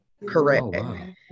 correct